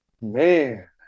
man